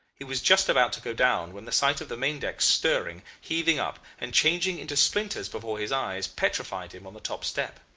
he was just about to go down when the sight of the main-deck stirring, heaving up, and changing into splinters before his eyes, petrified him on the top step.